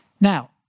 Now